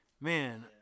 man